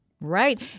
Right